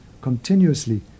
continuously